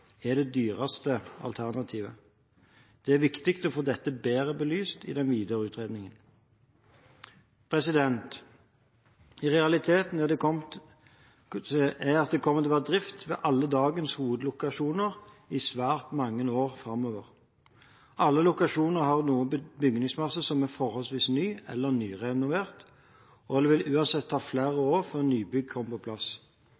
er det dyreste alternativet. Det er viktig å få dette bedre belyst i den videre utredningen. Realiteten er at det kommer til å være drift ved alle dagens hovedlokasjoner i svært mange år framover. Alle lokasjoner har nå en bygningsmasse som er forholdsvis ny eller nyrenovert, og det vil uansett ta flere år før nybygg kommer på plass.